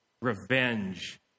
revenge